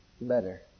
better